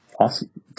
Awesome